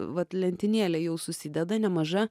vat lentynėlė jau susideda nemaža